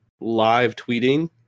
live-tweeting